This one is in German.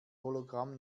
hologramm